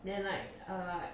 then like err